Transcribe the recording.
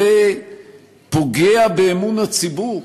זה פוגע באמון הציבור,